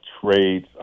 trades